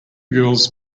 girls